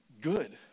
good